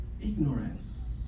Ignorance